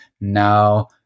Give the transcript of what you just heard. now